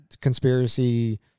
conspiracy